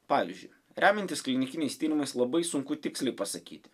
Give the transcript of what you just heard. pavyzdžiui remiantis klinikiniais tyrimais labai sunku tiksliai pasakyti